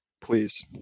Please